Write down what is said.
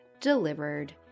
Delivered